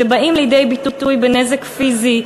שבאים לידי ביטוי בנזק פיזי,